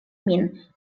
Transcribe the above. min